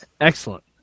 Excellent